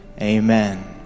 Amen